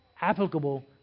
applicable